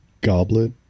goblet